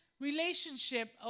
relationship